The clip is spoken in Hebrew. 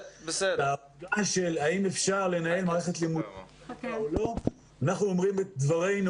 אתה שאלת האם אפשר לנהל מערכת לימודים ואנחנו אומרים את דברינו,